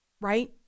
right